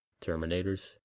Terminators